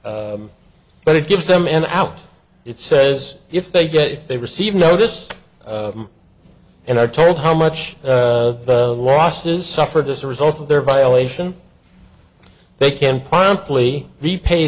but it gives them an out it says if they get if they receive notice and are told how much the losses suffered as a result of their violation they can promptly repay